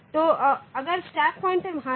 तो अगर stack pointer वहां है